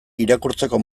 irakurtzeko